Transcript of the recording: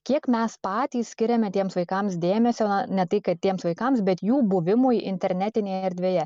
kiek mes patys skiriame tiems vaikams dėmesio ne tai kad tiems vaikams bet jų buvimui internetinėje erdvėje